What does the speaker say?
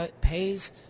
pays